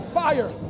fire